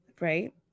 right